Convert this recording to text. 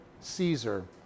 Caesar